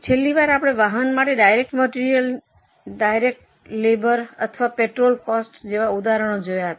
છેલ્લી વાર આપણે વાહન માટે ડાયરેક્ટ મટેરીઅલની ડાયરેક્ટ લેબોર અથવા પેટ્રોલ કોસ્ટસ જેવા કેટલાક ઉદાહરણો જોયા હતા